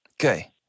Okay